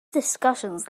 discussions